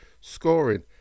scoring